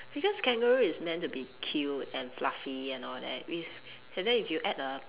because kangaroo is meant to be cute and fluffy and all that with and then if you add a